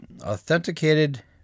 authenticated